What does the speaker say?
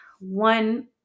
one